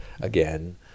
again